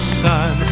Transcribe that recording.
sun